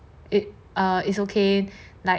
it is okay like